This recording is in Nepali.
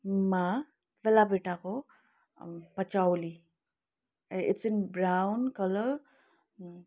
मा बेल्लाभिटाको पचौली इट्स इन ब्राउन कलर